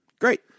Great